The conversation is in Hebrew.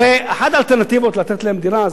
הרי אחת האלטרנטיבות לתת להם דירה,